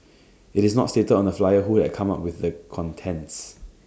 IT is not stated on the flyer who had come up with the contents